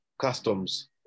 customs